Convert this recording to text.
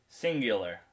singular